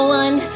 one